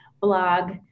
blog